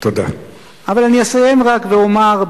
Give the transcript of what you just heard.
אבל אני אסיים רק ואומר,